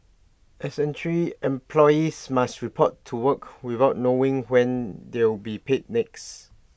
employees must report to work without knowing when they'll be paid next